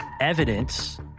evidence